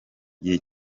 gihe